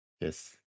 Yes